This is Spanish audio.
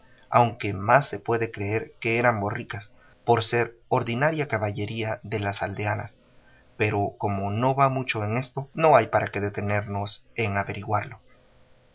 aunque más se puede creer que eran borricas por ser ordinaria caballería de las aldeanas pero como no va mucho en esto no hay para qué detenernos en averiguarlo